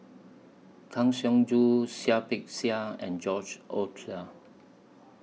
Kang Siong Joo Seah Peck Seah and George Oehlers